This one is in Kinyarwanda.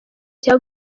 cya